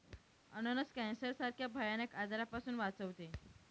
अननस कॅन्सर सारख्या भयानक आजारापासून वाचवते